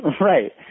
Right